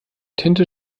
tinte